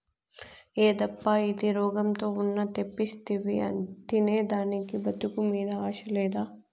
యేదప్పా ఇది, రోగంతో ఉన్న తెప్పిస్తివి తినేదానికి బతుకు మీద ఆశ లేదా